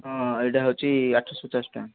ହଁ ଏଇଟା ହେଉଛି ଆଠଶହ ପଚାଶ ଟଙ୍କା